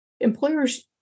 employers